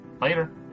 Later